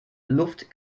luft